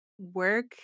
work